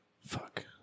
Fuck